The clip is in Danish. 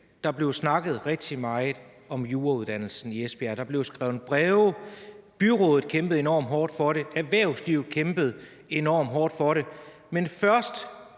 Der blev snakket rigtig meget om jurauddannelsen i Esbjerg. Der blev skrevet breve. Byrådet kæmpede enormt hårdt for det. Erhvervslivet kæmpede enormt hårdt for det. Men først